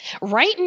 right